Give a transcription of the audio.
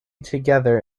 together